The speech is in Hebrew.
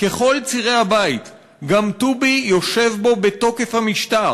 ככל צירי הבית / גם טובי בו יושב בתוקף המשטר!